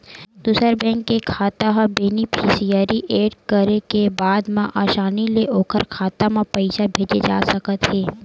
दूसर बेंक के खाता ह बेनिफिसियरी एड करे के बाद म असानी ले ओखर खाता म पइसा भेजे जा सकत हे